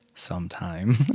sometime